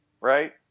right